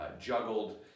juggled